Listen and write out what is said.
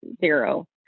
zero